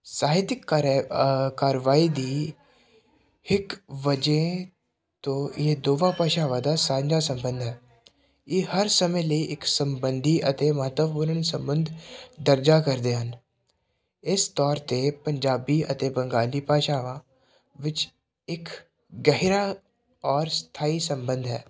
ਸਾਹਿਤਕ ਕਾਰੇ ਕਾਰਵਾਈ ਦੀ ਇੱਕ ਵਜੇ ਤੋਂ ਇਹ ਦੋਹਾਂ ਭਾਸ਼ਾਵਾਂ ਦਾ ਸਾਂਝਾ ਸੰਬੰਧ ਹੈ ਇਹ ਹਰ ਸਮੇਂ ਲਈ ਇੱਕ ਸਬੰਧੀ ਅਤੇ ਮਹੱਤਵਪੂਰਨ ਸੰਬੰਧ ਦਰਜਾ ਕਰਦੇ ਹਨ ਇਸ ਤੌਰ 'ਤੇ ਪੰਜਾਬੀ ਅਤੇ ਬੰਗਾਲੀ ਭਾਸ਼ਾਵਾਂ ਵਿੱਚ ਇੱਕ ਗਹਿਰਾ ਔਰ ਸਥਾਈ ਸੰਬੰਧ ਹੈ